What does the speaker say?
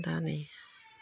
दा नै